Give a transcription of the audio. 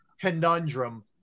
conundrum